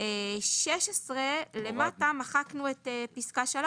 16 למטה מחקנו את פסקה (3)